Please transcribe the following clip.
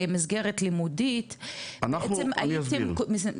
כמסגרת לימודית בעצם הייתם -- אני אסביר לך.